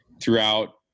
throughout